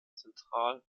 zentral